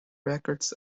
records